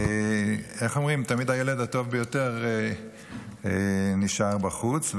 איך אומרים, תמיד הילד הטוב ביותר נשאר בחוץ.